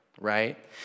right